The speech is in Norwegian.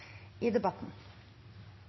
i debatten,